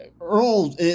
Earl